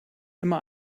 immer